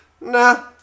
Nah